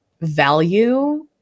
value